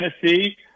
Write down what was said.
Tennessee